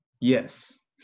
Yes